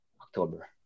October